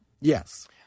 Yes